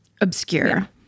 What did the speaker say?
obscure